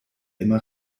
immer